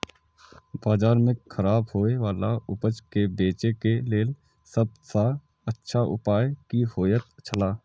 बाजार में खराब होय वाला उपज के बेचे के लेल सब सॉ अच्छा उपाय की होयत छला?